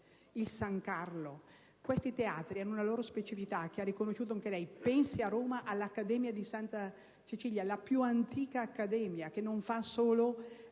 il San Carlo. Questi teatri hanno una loro specificità, che ha riconosciuto anche lei. Pensi all'Accademia di Santa Cecilia di Roma, la più antica, che non fa solo